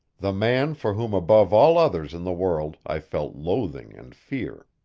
the man for whom above all others in the world i felt loathing and fear.